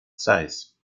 zeiss